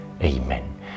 Amen